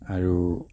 আৰু